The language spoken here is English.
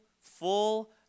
full